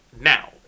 now